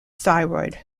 thyroid